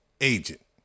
agent